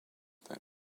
that